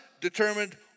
determined